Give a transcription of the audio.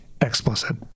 explicit